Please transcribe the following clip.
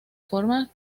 forma